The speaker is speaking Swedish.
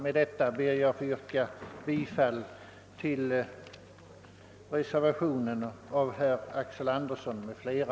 Med detta ber jag få yrka bifall till reservationen 1 a av herr Axel Andersson m.fl.